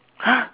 !huh!